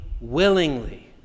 willingly